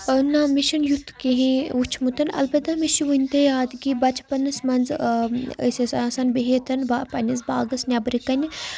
نہ مےٚ چھُنہٕ یُتھ کِہیٖنۍ وٕچھمُت البتہ مےٚ چھُ وٕنہِ تہِ یاد کہِ بَچپَنَس منٛز أسۍ ٲسۍ آسان بِہِتَن پںٛںِس باغَس نٮ۪برٕکنہِ